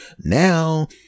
Now